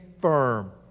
firm